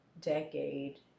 decade